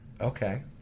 okay